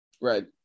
Right